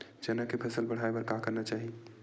चना के फसल बढ़ाय बर का करना चाही?